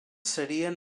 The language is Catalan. serien